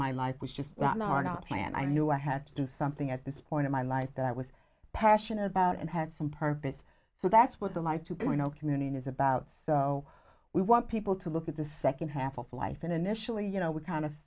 my life was just are not planned i knew i had to do something at this point in my life that was passionate about and had some purpose so that's what the like to point out community is about how we want people to look at this second half of life and initially you know we kind of